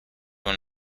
when